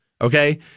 Okay